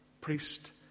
priest